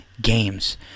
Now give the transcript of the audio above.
games